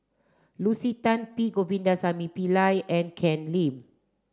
Lucy Tan P Govindasamy Pillai and Ken Lim